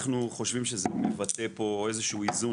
אנחנו חושבים שזה מבטא פה איזשהו איזון